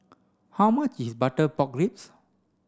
how much is butter pork ribs